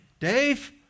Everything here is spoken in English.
Dave